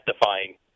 defying